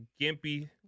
gimpy